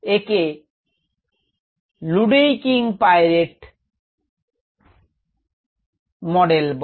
একে Luedeking Piret model বলে